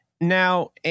Now